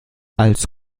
als